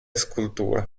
sculture